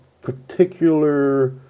particular